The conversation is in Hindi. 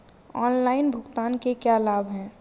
ऑनलाइन भुगतान के क्या लाभ हैं?